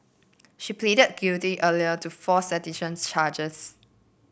she pleaded guilty earlier to four seditions charges